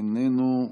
איננו.